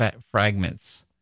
fragments